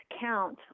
count